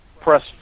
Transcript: press